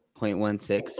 0.16